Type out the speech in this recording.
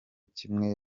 kimwe